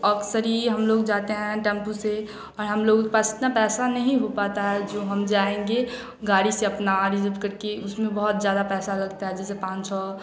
अक्सर ही हम लोग जाते हैं टेम्पू से और हम लोगों के पास इतना पैसा नहीं हो पाता है जो हम जाएँगे गाड़ी से अपना रिजव करके उसमें बहुत ज़्यादा पैसा लगता है जैसे पाँच सौ